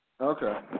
Okay